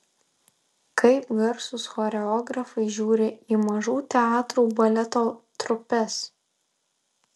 kaip garsūs choreografai žiūri į mažų teatrų baleto trupes